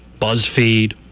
BuzzFeed